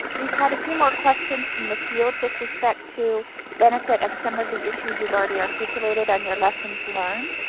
we've had a few more questions from the field with respect to benefit of some of the issues you've already articulated on your lessons learned.